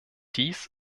dies